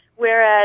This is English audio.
Whereas